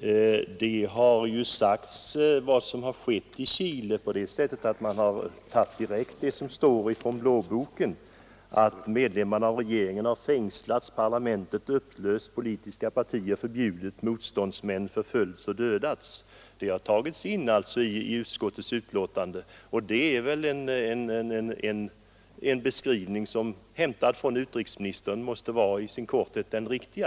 utskottsbetänkandet har ju sagts vad som har skett i Chile på det sättet att man i betänkandet tagit in det som står i blåboken — att ”medlemmarna av den störtade regeringen hade fängslats, parlamentet upplösts, politiska partier förbjudits, motståndsmän förföljts och dödats”. Denna beskrivning, hämtad från utrikesministerns uttalande, måste väl i sin korthet vara den riktiga.